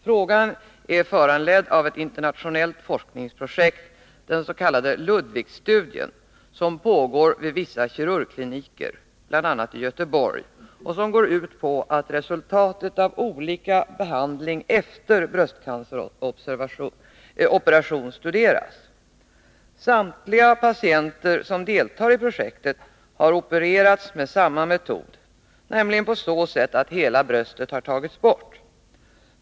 Frågan är föranledd av ett internationellt forskningsprojekt, den s.k. Ludwigstudien, som pågår vid vissa kirurgkliniker, bl.a. i Göteborg, och går ut på att resultatet av olika behandling efter bröstcanceroperation studeras. Samtliga patienter som deltar i projektet har opererats med samma metod. nämligen på så sätt att hela bröstet tagits bort.